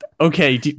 Okay